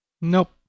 Nope